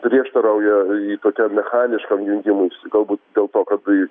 prieštarauja tokiam mechaniškam jungimuisi galbūt dėl to kad tai